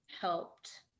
helped